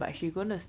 so she